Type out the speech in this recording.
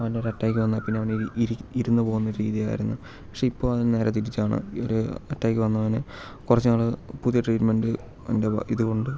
അവന് ഒരു അറ്റാക്ക് വന്നാൽ പിന്നെ അവൻ ഇരി ഇരുന്ന് പോവുന്ന രീതിയായിരുന്ന് പക്ഷേ ഇപ്പോൾ അത് നേരെ തിരിച്ചാണ് ഒരു അറ്റാക്ക് വന്നവന് കുറച്ച് നാൾ പുതിയ ട്രീറ്റ്മെന്റിന്റെ ഇത് കൊണ്ട്